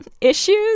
issues